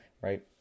right